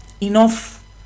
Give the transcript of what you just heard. enough